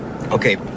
Okay